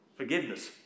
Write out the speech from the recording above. Forgiveness